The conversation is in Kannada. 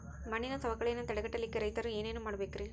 ಮಣ್ಣಿನ ಸವಕಳಿಯನ್ನ ತಡೆಗಟ್ಟಲಿಕ್ಕೆ ರೈತರು ಏನೇನು ಮಾಡಬೇಕರಿ?